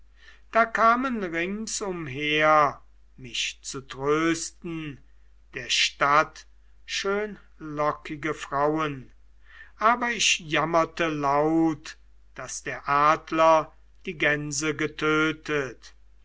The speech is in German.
da kamen ringsumher mich zu trösten der stadt schönlockige frauen aber ich jammerte laut daß der adler die gänse getötet